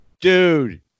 dude